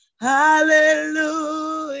Hallelujah